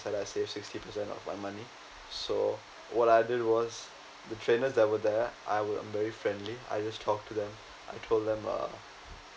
like I save sixty percent of my money so what I did was the trainer that were there I will very friendly I just talk to them I told them uh